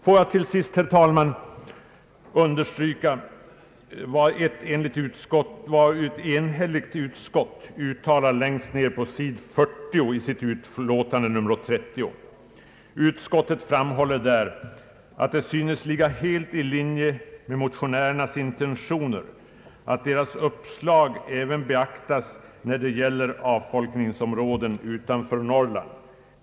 Låt mig, till sist, herr talman, understryka vad ett enhälligt utskott uttalar längst ner på sid. 40 i sitt utlåtande nr 30. Utskottet framhåller där, att det synes ligga helt i linje med motionärernas intentioner att deras uppslag beaktas även när det gäller avfolkningsområden utanför Norrland.